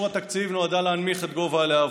התקציב נועדה להנמיך את גובה הלהבות.